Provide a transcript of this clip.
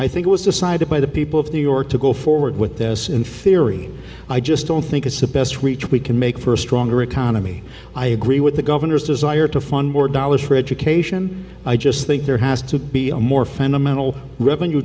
i think was decided by the people of new york to go forward with this inferi i just don't think it's the best reach we can make for a stronger economy i agree with the governor's desire to fund more dollars for education i just thing there has to be a more fundamental revenue